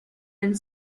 and